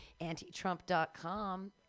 anti-Trump.com